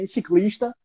Ciclista